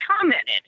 commented